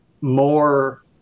more